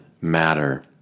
matter